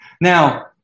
Now